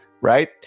right